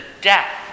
death